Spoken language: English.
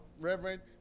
Reverend